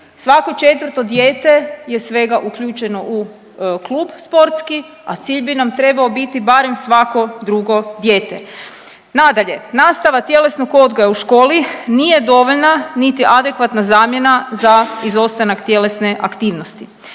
Svako 4. dijete je svega uključeno u klub sportski, a cilj bi nam trebao biti barem svako drugo dijete. Nadalje, nastava tjelesnog odgoja u školi nije dovoljna niti adekvatna zamjena za izostanak tjelesne aktivnosti.